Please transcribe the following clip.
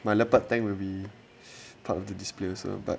my leopard tank will be part of the display as well but